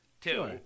Two